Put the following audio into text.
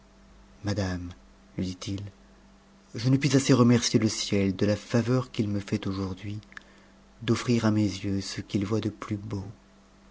madame lui dit-il je ne puis assez remercier c ciel de la faveur qu'it me fait aujourd'hui d'offrir à mes yeux ce qu'il voit de plus beau